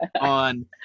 on